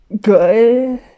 good